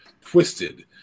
twisted